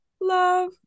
Love